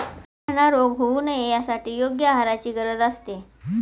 मेंढ्यांना रोग होऊ नये यासाठी योग्य आहाराची गरज असते